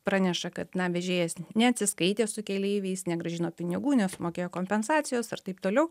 praneša kad na vežėjas neatsiskaitė su keleiviais negrąžino pinigų nesumokėjo kompensacijos ar taip toliau